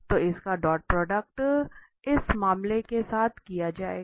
तो इसका dot product इस मामले के साथ किया जाएगा